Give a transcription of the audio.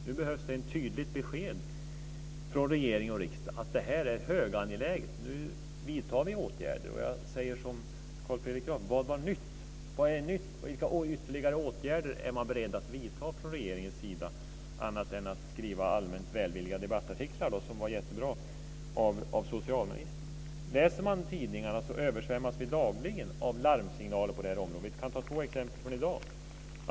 Nu behövs det ett tydligt besked från regering och riksdag att detta är mycket angeläget och att man vidtar åtgärder. Jag säger som Carl Fredrik Graf: Vad är nytt? Vilka ytterligare åtgärder är man beredd att vidta från regeringens sida annat än att socialministern skriver allmänt välvilliga debattartiklar. Om man läser tidningarna så översvämmas man dagligen av larmsignaler på detta område. Jag kan nämna två exempel från i dag.